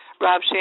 Rob